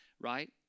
right